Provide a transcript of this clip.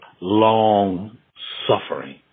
long-suffering